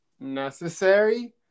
necessary